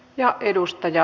ja edustaja